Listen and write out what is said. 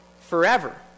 forever